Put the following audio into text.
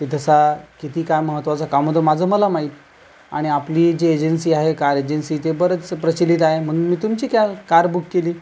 तिथं सा किती काम महत्वाचं काम होतं माझं मला माहीत आणि आपली जी एजन्सी आहे कार एजन्सी ते बरंच प्रचलित आहे म्हणून मी तुमची का कार बुक केली